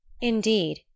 Indeed